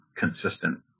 Consistent